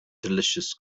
delicious